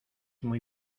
muy